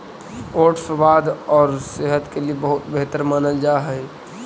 oats स्वाद और सेहत के लिए बहुत बेहतर मानल जा हई